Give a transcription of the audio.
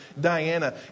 Diana